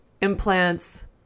implants